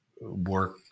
work